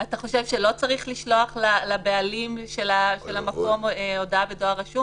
אתה חושב שלא צריך לשלוח לבעלים של המקום הודעה בדואר רשום?